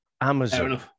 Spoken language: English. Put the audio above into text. Amazon